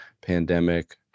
pandemic